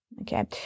Okay